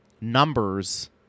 numbers